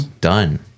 Done